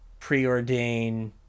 preordain